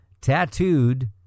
tattooed